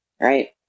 right